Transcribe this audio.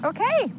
Okay